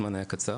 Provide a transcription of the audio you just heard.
הזמן היה קצר,